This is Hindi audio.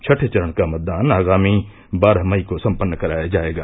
छठें चरण का मतदान आगामी बारह मई को सम्पन्न कराया जायेगा